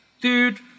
dude